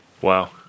Wow